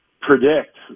predict